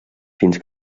fins